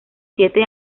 siete